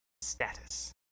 status